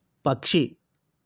పక్షి